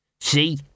See